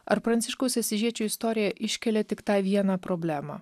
ar pranciškaus asyžiečio istorija iškelia tik tą vieną problemą